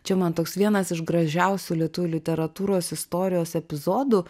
čia man toks vienas iš gražiausių lietuvių literatūros istorijos epizodų